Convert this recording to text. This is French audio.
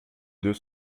deux